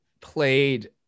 played